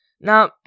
Now